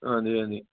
ਹਾਂਜੀ ਹਾਂਜੀ